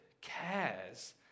cares